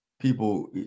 People